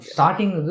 Starting